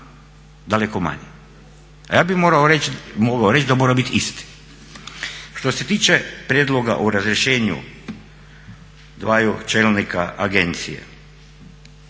daleko manji, a ja bi mogao reći da mora biti isti. Što se tiče prijedloga o razrješenju dvaju čelnika agencije,